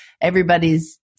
everybody's